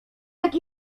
jak